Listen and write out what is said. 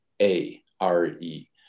A-R-E